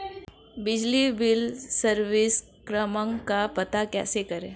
बिजली bill service क्रमांक का पता कैसे करें?